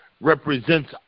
represents